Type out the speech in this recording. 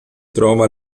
trova